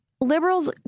liberals